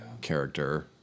character